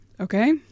okay